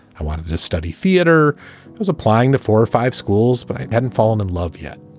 i wanted to study theater. i was applying to four or five schools, but i hadn't fallen in love yet.